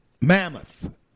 Mammoth